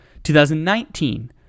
2019